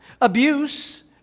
abuse